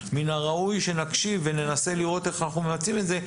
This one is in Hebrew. מן הראוי שנקשיב וננסה לראות איך אנחנו ממצים את זה,